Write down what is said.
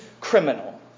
criminal